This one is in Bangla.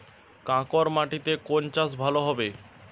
কাঁকর মাটিতে কোন চাষ ভালো হবে?